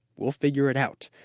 we'll figure it out.